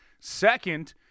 Second